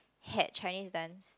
had Chinese dance